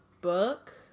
book